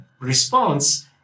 response